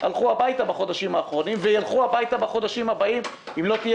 הלכו הביתה בחודשים האחרונים וילכו הביתה בחודשים הבאים אם לא תהיה